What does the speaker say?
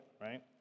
right